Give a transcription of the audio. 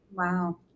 Wow